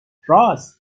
رآس